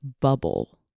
bubble